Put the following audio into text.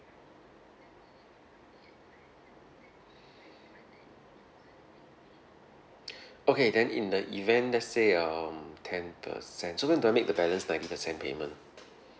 okay then in the event let's say um ten percent so when do I make the balance ninety percent payment